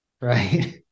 right